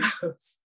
goes